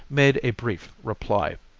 made a brief reply.